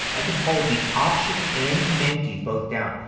i could hold the option and command keys both down.